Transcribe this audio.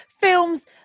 films